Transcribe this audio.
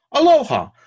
Aloha